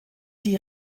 die